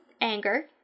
anger